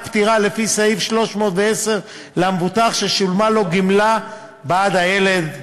הפטירה לפי סעיף 310 למבוטח ששולמה לו גמלה בעד הילד כאמור.